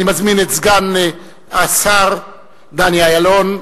אני מזמין את סגן השר דני אילון.